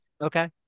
Okay